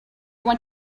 want